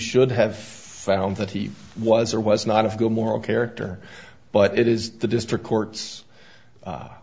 should have found that he was or was not of good moral character but it is the district courts